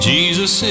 Jesus